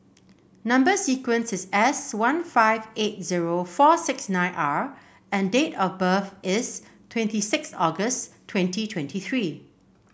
number sequence is S one five eight zero four six nine R and date of birth is twenty six August twenty twenty three